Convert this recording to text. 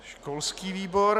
Školský výbor.